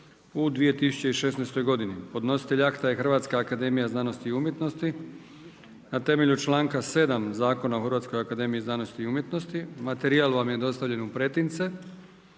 u 2016. godini Podnositelj akata je Hrvatska akademija znanosti i umjetnosti, na temelju članka 7. Zakona o Hrvatskoj akademiji znanosti i umjetnosti. Materijal vam je dostavljen u pretince.